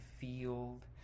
field